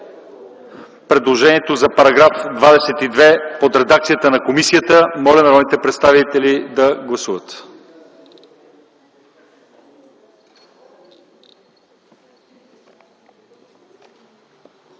предложението за § 22 по редакцията на комисията. Моля народните представители да гласуват.